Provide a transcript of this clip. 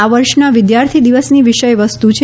આ વર્ષની વિદ્યાર્થી દિવસની વિષય વસ્તુ છે